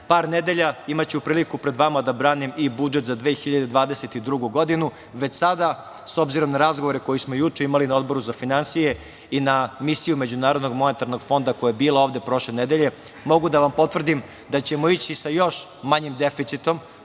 par nedelja, imaću priliku pred vama da branim budžet za 2022. godinu, već sada, s obzirom na razgovore koje smo juče imali na Odboru za finansije, i na MMF, koja je bila ovde prošle nedelje, mogu da vam potvrdim da ćemo ići sa još manjim deficitom,